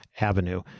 avenue